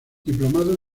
diplomado